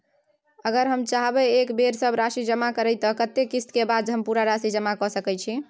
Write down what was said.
अगर हम चाहबे एक बेर सब राशि जमा करे त कत्ते किस्त के बाद हम पूरा राशि जमा के सके छि?